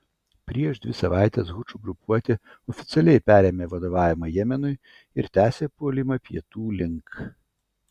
prieš dvi savaites hučių grupuotė oficialiai perėmė vadovavimą jemenui ir tęsia puolimą pietų link